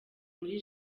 muri